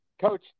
coach